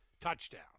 Touchdown